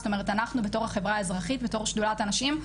זאת אומרת אנחנו בתור החברה האזרחית בתור שדולת הנשים,